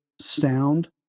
sound